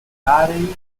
calcarei